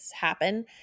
happen